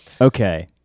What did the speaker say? Okay